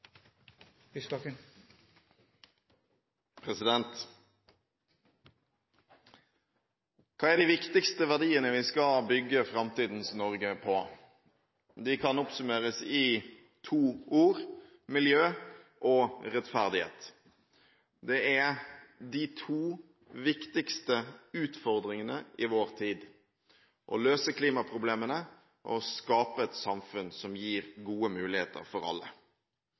de viktigste verdiene vi skal bygge framtidens Norge på? De kan oppsummeres i to ord: miljø og rettferdighet. Dette er de to viktigste utfordringene i vår tid: å løse klimaproblemene og skape et samfunn som gir gode muligheter for alle.